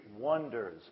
wonders